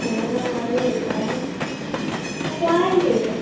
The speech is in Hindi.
आइए दिखाएं कब आएंगे